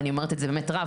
אני אומרת את זה באמת רב,